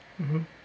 mmhmm